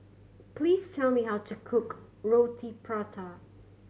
please tell me how to cook Roti Prata